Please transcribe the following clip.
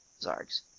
zargs